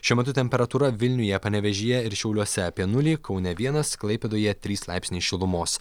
šiuo metu temperatūra vilniuje panevėžyje ir šiauliuose apie nulį kaune vienas klaipėdoje trys laipsniai šilumos